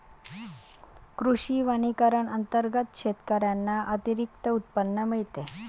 कृषी वनीकरण अंतर्गत शेतकऱ्यांना अतिरिक्त उत्पन्न मिळते